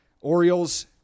Orioles